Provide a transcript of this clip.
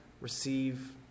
receive